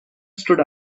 stood